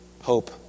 hope